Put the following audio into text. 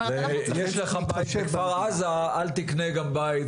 יש לך בית בכפר עזה, אל תקנה גם בית